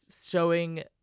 showing